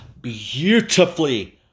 Beautifully